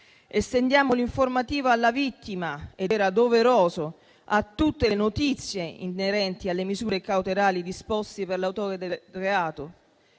Estendiamo l'informativa alla vittima - era doveroso - di tutte le notizie inerenti alle misure cautelari disposte per l'autore del reato.